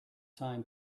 time